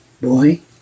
boy